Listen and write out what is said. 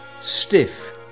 stiff